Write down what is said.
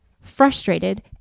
frustrated